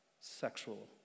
sexual